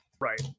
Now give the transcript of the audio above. Right